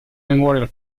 memorial